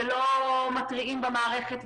שלא מתריעים במערכת,